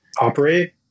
operate